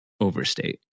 overstate